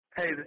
Hey